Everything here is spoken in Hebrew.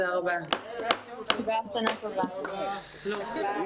הישיבה ננעלה בשעה 20:04.